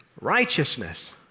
Righteousness